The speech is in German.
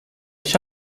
ich